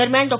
दरम्यान डॉ